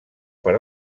per